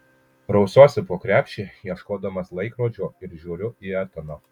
rausiuosi po krepšį ieškodamas laikrodžio ir žiūriu į etaną